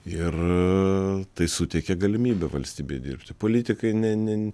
ir tai suteikia galimybę valstybei dirbti politikai ne ne